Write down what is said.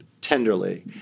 tenderly